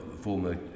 former